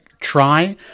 try